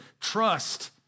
trust